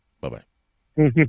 Bye-bye